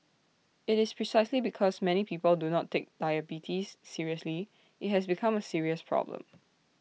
IT is precisely because many people do not take diabetes seriously that IT has become A serious problem